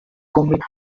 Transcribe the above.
cómic